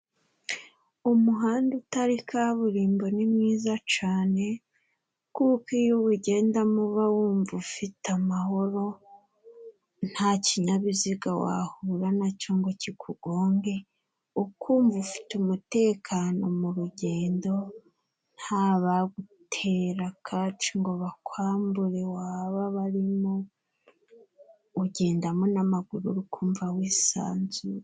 Umuhanda utari kaburimbo ni mwiza cane kuko iyo uwugendamo uba wumva ufite amahoro, nta kinyabiziga wahura na cyo ngo kikugonge, ukumva ufite umutekano mu rugendo, ntabagutera kaci ngo bakwambure waba barimo, ugendamo n'amaguru uri kumva wisanzuye.